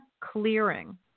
Clearing